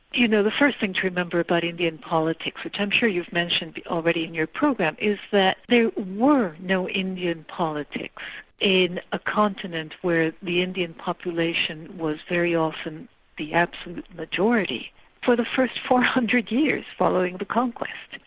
you know, the first thing to remember about but indian politics, which i'm sure you've mentioned already in your program, is that there were no indian politics in a continent where the indian population was very often the absolute majority for the first four hundred years following the conquest.